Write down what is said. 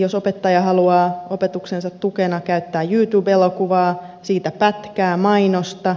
jos opettaja esimerkiksi haluaa opetuksensa tukena käyttää youtube elokuvaa siitä pätkää mainosta